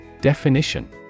Definition